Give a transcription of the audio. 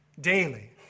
daily